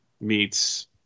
meets